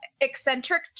eccentric